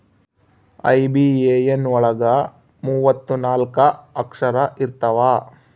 IBAN ಒಳಗ ಮೂವತ್ತು ನಾಲ್ಕ ಅಕ್ಷರ ಇರ್ತವಾ